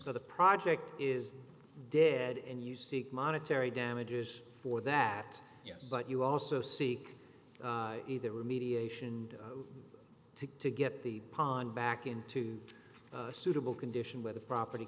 so the project is dead and you seek monetary damages for that yes but you also seek either mediation to to get the pond back into a suitable condition where the property